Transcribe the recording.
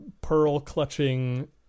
pearl-clutching